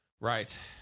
Right